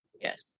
Yes